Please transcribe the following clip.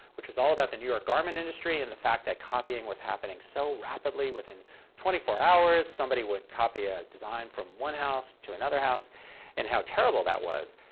which was all about the new york garment industry and the fact that copying was happening so rapidly within twenty four hours, somebody would copy a design from one house to another house and how terrible that was.